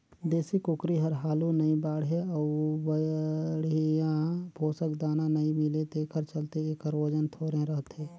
देसी कुकरी हर हालु नइ बाढ़े अउ बड़िहा पोसक दाना नइ मिले तेखर चलते एखर ओजन थोरहें रहथे